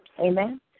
amen